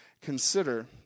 consider